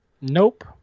Nope